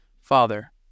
Father